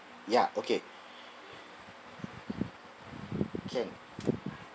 ya okay can